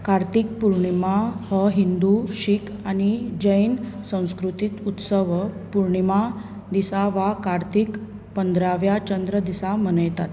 कार्तीक पुर्णीमा हो हिंदू शीख आनी जैन संस्कृतीक उत्सव पुर्णीमा दिसा वा कार्तिक पंदराव्या चंद्र दिसा मनयतात